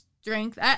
strength